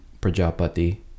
Prajapati